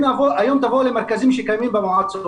היום תבואו למרכזים שקיימים במועצות,